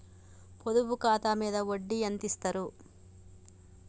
పొదుపు ఖాతా మీద వడ్డీ ఎంతిస్తరు?